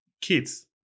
kids